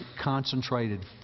concentrated